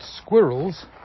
squirrels